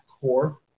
core